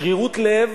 שרירות לב